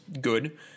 good